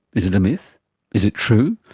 is it a myth is it true?